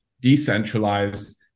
decentralized